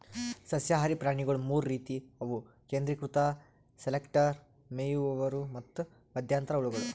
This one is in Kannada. ಸಸ್ಯಹಾರಿ ಪ್ರಾಣಿಗೊಳ್ ಮೂರ್ ರೀತಿವು ಅವು ಕೇಂದ್ರೀಕೃತ ಸೆಲೆಕ್ಟರ್, ಮೇಯುವವರು ಮತ್ತ್ ಮಧ್ಯಂತರ ಹುಳಗಳು